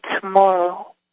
tomorrow